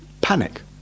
panic